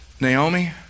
Naomi